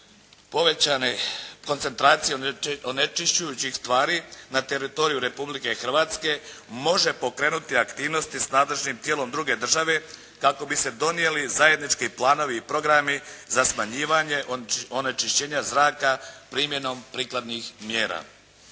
povećane koncentracije onečišćujućih tvari na teritoriju Republike Hrvatske može pokrenuti aktivnosti s nadležnim tijelom druge države kako bi se donijeli zajednički planovi i programi za smanjivanje onečišćenja zraka primjenom prikladnih mjera.